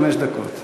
חמש דקות.